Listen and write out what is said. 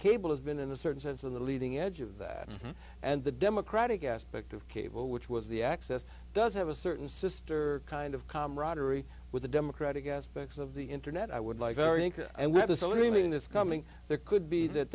cable has been in a certain sense of the leading edge of that and the democratic aspect of cable which was the access does have a certain sr kind of camaraderie with the democratic aspects of the internet i would like and we have a saloon this coming there could be that